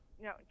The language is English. No